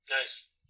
nice